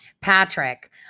Patrick